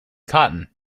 cotton